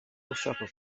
ushaka